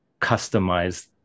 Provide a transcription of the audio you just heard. customize